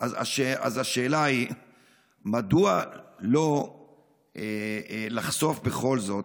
השאלה היא מדוע לא לחשוף בכל זאת,